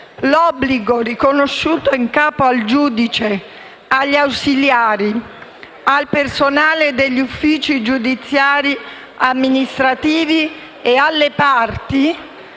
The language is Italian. L'obbligo, riconosciuto in capo al giudice, agli ausiliari, al personale degli uffici giudiziari amministrativi e alle parti,